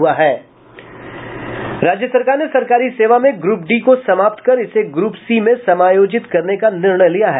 राज्य सरकार ने सरकारी सेवा में ग्रूप डी को समाप्त कर इसे ग्रूप सी में समायोजित करने का निर्णय लिया है